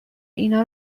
اینها